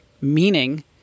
meaning